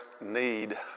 need